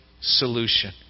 solution